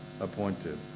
appointed